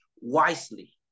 wisely